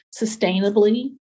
sustainably